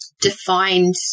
defined